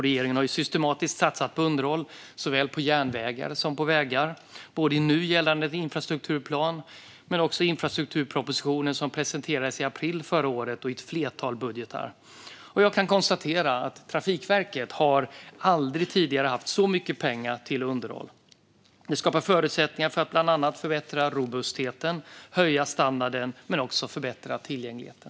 Regeringen har systematiskt satsat på underhåll av såväl järnvägar som vägar, både i nu gällande infrastrukturplan, i infrastrukturpropositionen som presenterades i april förra året och i ett flertal budgetar. Jag kan konstatera att Trafikverket aldrig tidigare har haft så mycket pengar till underhåll. Det skapar förutsättningar för att bland annat förbättra robustheten, höja standarden och förbättra tillgängligheten.